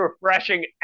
refreshing